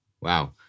Wow